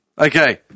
Okay